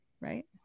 right